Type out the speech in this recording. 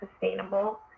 sustainable